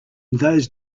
those